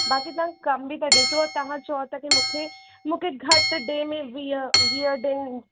बाक़ी तव्हां कम बि त ॾिसो तव्हां चओ था की मूंखे मूंखे घटि डिए में वीह डींहं